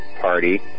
party